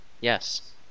Yes